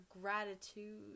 gratitude